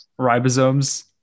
ribosomes